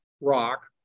rock